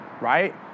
right